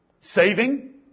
saving